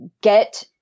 get